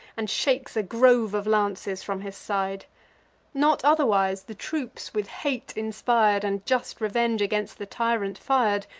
and shakes a grove of lances from his side not otherwise the troops, with hate inspir'd, and just revenge against the tyrant fir'd,